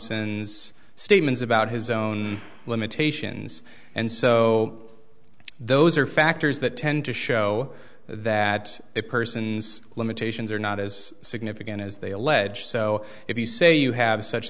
robinson's statements about his own limitations and so those are factors that tend to show that a person's limitations are not as significant as they allege so if you say you have such